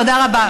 תודה רבה.